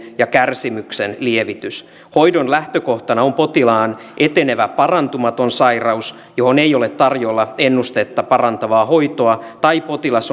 ja kärsimyksen lievitys hoidon lähtökohtana on potilaan etenevä parantumaton sairaus johon ei ole tarjolla ennustetta parantavaa hoitoa tai potilas